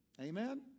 Amen